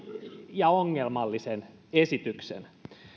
ja ongelmallisen esityksen